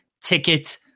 ticket